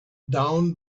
down